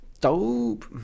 Dope